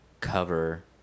cover